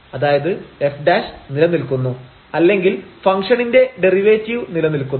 അതായത് f നിലനിൽക്കുന്നു അല്ലെങ്കിൽ ഫംഗ്ഷണിന്റെ ഡെറിവേറ്റീവ് നിലനിൽക്കുന്നു